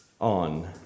on